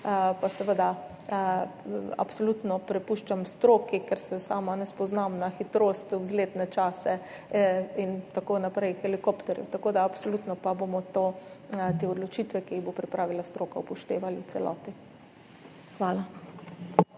pa seveda absolutno prepuščam stroki, ker se sama ne spoznam na hitrost, vzletne čase helikopterjev in tako naprej. Absolutno pa bomo te odločitve, ki jih bo pripravila stroka, upoštevali v celoti. Hvala.